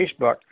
Facebook